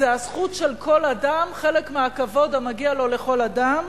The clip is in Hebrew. זו הזכות של כל אדם, חלק מהכבוד המגיע לכל אדם,